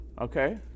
Okay